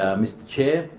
um mr chair.